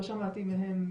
לא שמעתי מהם,